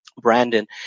Brandon